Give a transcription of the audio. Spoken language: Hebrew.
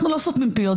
אנחנו לא סותמים פיות,